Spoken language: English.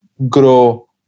grow